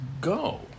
go